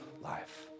life